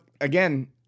Again